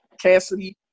Cassidy